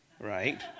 right